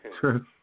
True